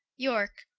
yorke,